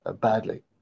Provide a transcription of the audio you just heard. badly